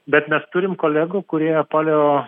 bet mes turim kolegų kurie paleo